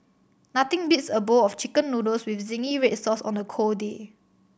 nothing beats a bowl of Chicken Noodles with zingy red sauce on a cold day